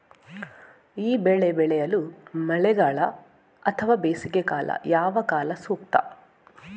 ಈ ಬೆಳೆ ಬೆಳೆಯಲು ಮಳೆಗಾಲ ಅಥವಾ ಬೇಸಿಗೆಕಾಲ ಯಾವ ಕಾಲ ಸೂಕ್ತ?